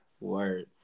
Word